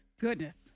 Goodness